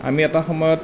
আমি এটা সময়ত